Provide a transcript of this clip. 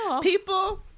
people